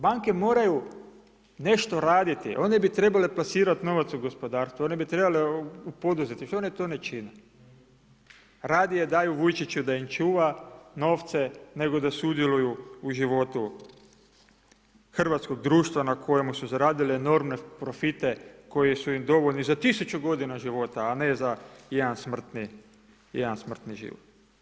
Banke moraju nešto raditi, one bi trebale plasirati novac u gospodarstvo, one bi trebale u poduzetništvo, one to ne čine, radije daju Vučiću da im čuva novce, nego da sudjeluju u životu hrvatskog društva na kojemu su zaradile enormne profite koji su im dovoljni za 1000 godina života, a ne za jedan smrtni život.